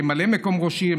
כממלא מקום ראש עיר,